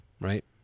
right